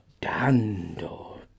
dando